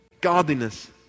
Godliness